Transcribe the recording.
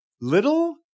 little